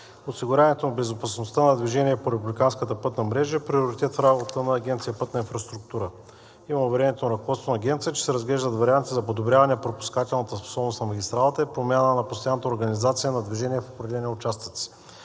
Осигуряването на безопасността на движение по републиканската пътна мрежа е приоритет в работата на Агенция „Пътна инфраструктура“. Имам уверението на ръководството на Агенцията, че се разглеждат варианти за подобряване на пропускателната способност на магистралата и промяна на постоянната организация на движение в определените участъци.